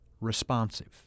Responsive